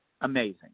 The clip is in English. Amazing